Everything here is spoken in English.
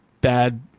bad